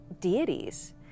deities